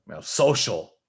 social